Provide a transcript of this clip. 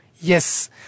Yes